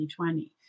2020